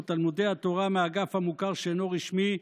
תלמודי התורה מהאגף המוכר שאינו רשמי,